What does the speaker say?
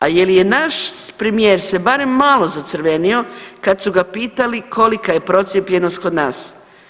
A je li naš premijer se barem malo zacrvenio kad su ga pitali kolika je procijepljenost kod nas.